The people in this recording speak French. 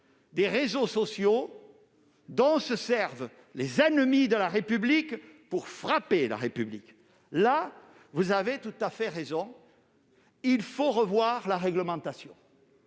des réseaux sociaux, ce support dont se servent les ennemis de la République pour la frapper. En la matière, vous avez tout à fait raison, il faut revoir la réglementation.